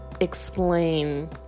explain